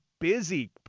busy